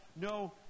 no